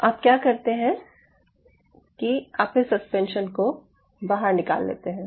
आप क्या करते हैं कि आप इस सस्पेंशन को बाहर निकाल लेते हैं